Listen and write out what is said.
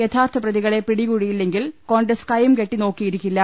യഥാർത്ഥ പ്രതികളെ പിടികൂടിയില്ലെങ്കിൽ കോൺഗ്രസ് കയ്യും കെട്ടി നോക്കിയിരിക്കില്ല